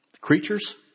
creatures